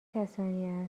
کسانی